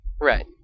Right